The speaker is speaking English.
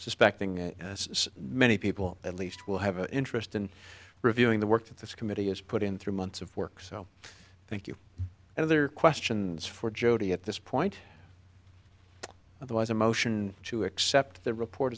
suspecting as many people at least will have an interest in reviewing the work that this committee has put in three months of work so thank you and other questions for jodi at this point it was a motion to accept the report